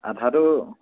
আধাটো